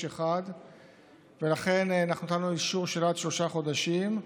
אחד ולכן נתנו אישור של עד שלושה חודשים,